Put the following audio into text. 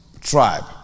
tribe